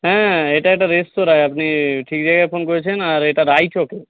হ্যাঁ এটা একটা রেস্তোরাঁই আপনি ঠিক জায়গায় ফোন করেছেন আর এটা রায়চকে